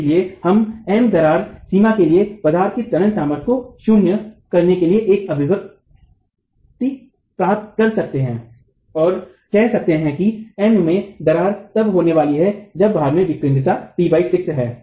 इसलिए हम M दरार सीमा के लिए पदार्थ की तनन सामर्थ्य को 0 शून्य करने के लिए एक अभिव्यक्ति प्राप्त कर सकते हैं और कह सकते हैं कि M में दरार तब होने वाली है जब भार में विकेन्द्रता t 6 है